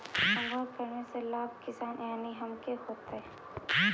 अंकुरण करने से की लाभ किसान यानी हमनि के होतय?